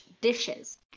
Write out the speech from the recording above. dishes